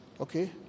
okay